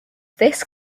this